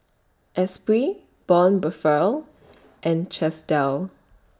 Esprit Braun Buffel and Chesdale